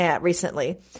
recently